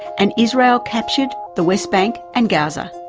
and israel captured the west bank and gaza.